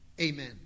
amen